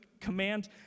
command